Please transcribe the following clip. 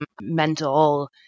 mental